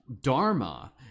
dharma